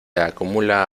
acumula